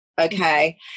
Okay